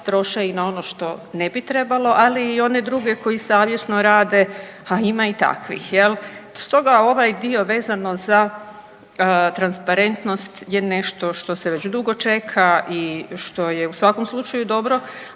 i na ono što ne bi trebalo, ali i one druge koji savjesno rade, a ima i takvih, je li? Stoga, ovaj dio vezano za transparentnost je nešto što se već dugo čeka i što je u svakom slučaju dobro,